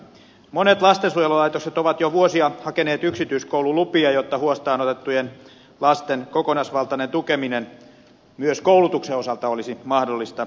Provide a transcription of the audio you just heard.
monet lastensuojelulaitokset ovat jo vuosia hakeneet yksityiskoululupia jotta huostaanotettujen lasten kokonaisvaltainen tukeminen myös koulutuksen osalta olisi mahdollista